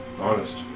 honest